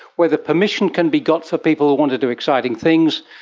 whether permission can be got for people who want to do exciting things,